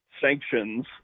sanctions